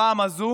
הפעם הזו